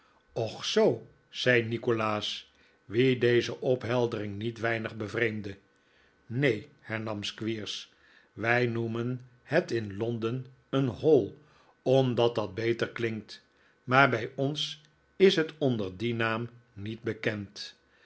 och zoo zei nikolaas wien deze opheldering niet weinig bevreemdde neen hernam squeers wij noemen het in londen een hall omdat dat beter klinkt maar bij ons is het onder dien na'am niet bekend